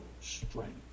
strength